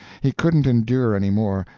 he couldn't endure any more,